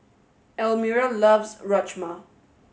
Almira loves Rajma